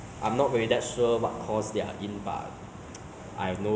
same course same class so like 很佩服他们